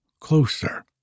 closer